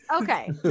Okay